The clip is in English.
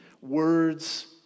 words